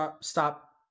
stop